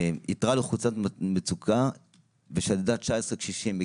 איתרה לחצן מצוקה ושדדה 19 קשישים.